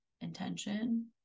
intention